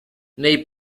nei